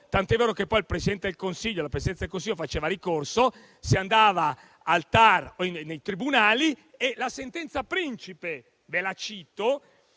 tanto vero che poi la Presidenza del Consiglio faceva ricorso, si andava al TAR, nei tribunali, e la sentenza principe, che vi cito,